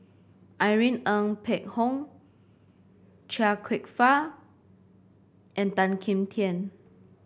Irene Ng Phek Hoong Chia Kwek Fah and Tan Kim Tian